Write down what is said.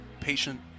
Patient